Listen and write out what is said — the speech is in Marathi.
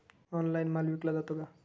ऑनलाइन माल विकला जातो का?